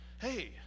Hey